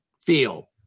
feel